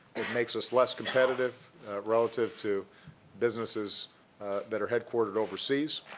makes us less competitive relative to businesses that are headquartered overseas.